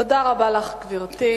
תודה רבה לך, גברתי.